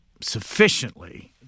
sufficiently